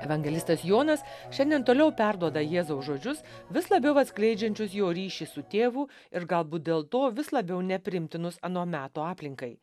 evangelistas jonas šiandien toliau perduoda jėzaus žodžius vis labiau atskleidžiančius jo ryšį su tėvu ir galbūt dėl to vis labiau nepriimtinus ano meto aplinkai